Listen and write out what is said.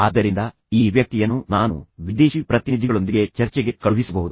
ಆದ್ದರಿಂದ ಈ ವ್ಯಕ್ತಿಯನ್ನು ನಾನು ವಿದೇಶಿ ಪ್ರತಿನಿಧಿಗಳೊಂದಿಗೆ ಚರ್ಚೆಗೆ ಕಳುಹಿಸಬಹುದು